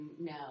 no